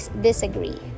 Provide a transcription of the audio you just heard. disagree